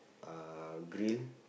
uh grill